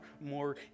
more